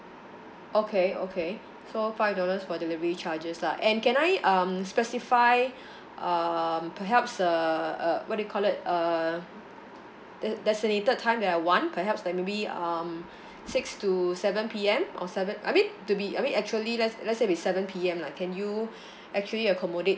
okay okay so five dollars for delivery charges lah and can I um specify um perhaps uh a what do you call it a de~ designated time that I want perhaps like maybe um six to seven P_M or seven I mean to be I mean actually let's let's say with seven P_M lah can you actually accommodate